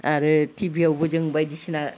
आरो टिभियावबो जों बायदिसिना